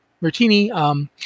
Martini